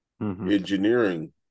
engineering